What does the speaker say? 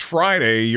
Friday